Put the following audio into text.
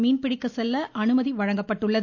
மீன்பிடிக்க செல்ல அனுமதி வழங்கப்பட்டுள்ளது